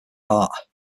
heart